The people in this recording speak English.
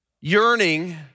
yearning